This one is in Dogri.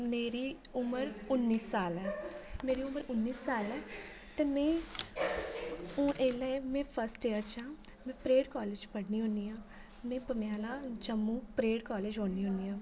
मेरी उमर उन्नी साल ऐ मेरी उमर उन्नी साल ऐ ते मैं हून एल्लै मैं फर्स्ट ईयर च आं में परेड कालेज पढ़नी होन्नी आं में भंब्याला जम्मू परेड कालेज औनी होन्नी आं